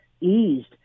eased